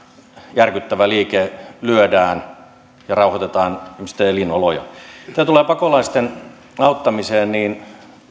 järkyttävä liike lyödään ja rauhoitetaan ihmisten elinoloja mitä tulee pakolaisten auttamiseen niin